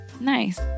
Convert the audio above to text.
nice